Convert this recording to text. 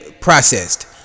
processed